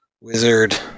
Wizard